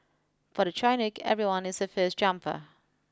for the Chinook everyone is a first jumper